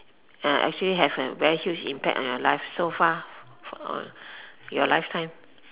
ya actually have a very huge impact on your life so far for your lifetime